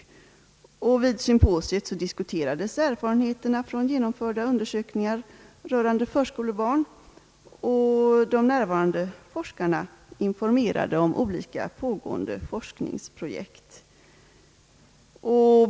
Vid symposiet diskuterades erfarenheterna från genomförda undersökningar rörande förskolebarn, och de närvarande forskarna informerade om olika pågående forskningsprojekt.